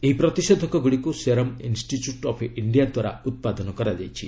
ଏହି ପ୍ରତିଷେଧକଗୁଡ଼ିକୁ Serum Institute of India ଦ୍ୱାରା ଉତ୍ପାଦନ କରାଯାଇଛି